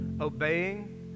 obeying